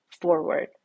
forward